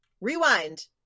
rewind